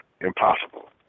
Impossible